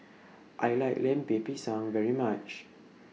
I like Lemper Pisang very much